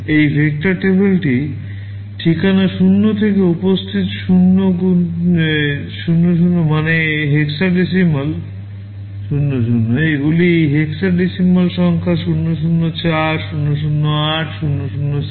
এই ভেক্টর টেবিলটি ঠিকানা 0 থেকে উপস্থিত 0x00 মানে হেক্সাডেসিমাল 00 এগুলি হেক্সাডেসিমাল সংখ্যা 004 008 00C